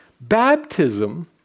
Baptism